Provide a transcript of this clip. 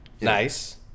Nice